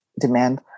demand